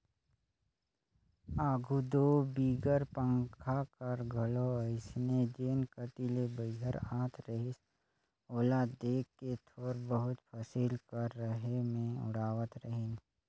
आघु दो बिगर पंखा कर घलो अइसने जेन कती ले बईहर आत रहिस ओला देख के थोर बहुत फसिल कर रहें मे उड़वात रहिन